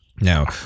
Now